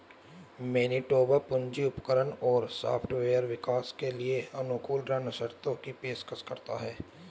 Manitoba पूंजी उपकरण और सॉफ्टवेयर विकास के लिए अनुकूल ऋण शर्तों की पेशकश करता है